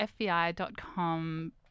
fbi.com